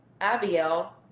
Abiel